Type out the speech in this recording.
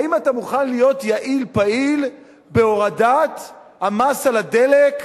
האם אתה מוכן להיות יעיל פעיל בהורדת המס על הדלק,